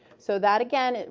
so that again, and